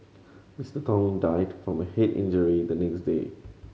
Mister Tong died from a head injury the next day